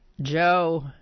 Joe